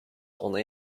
only